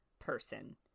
person